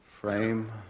frame